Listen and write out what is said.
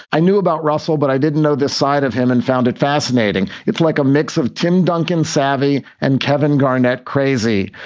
i knew about russell, but i didn't know this side of him and found it fascinating. it's like a mix of tim duncan savvy and kevin garnett crazy.